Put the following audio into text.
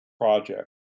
project